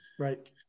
Right